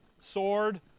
sword